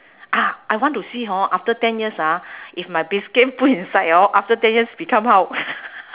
ah I want to see hor after ten years ah if my biscuit put inside hor after ten years become how